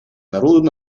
народу